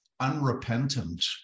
unrepentant